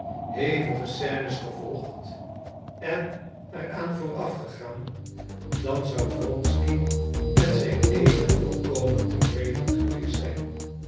hevige scènes gevolgd en er aan voorafgegaan dan zou wronsky met zijn leven volkomen tevreden geweest zijn